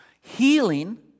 Healing